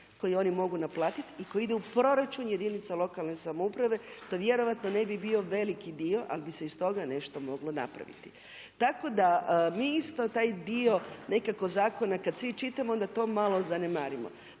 koje oni mogu naplatiti i koji ide u proračun jedinica lokalne samouprave, to vjerojatno ne bi bio veliki dio ali bi se iz toga nešto moglo napraviti. Tako da mi isto taj dio nekako zakona kada svi čitamo onda to malo zanemarimo.